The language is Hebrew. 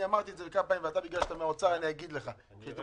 כשאתם